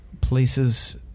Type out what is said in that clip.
places